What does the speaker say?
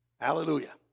Hallelujah